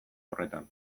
horretan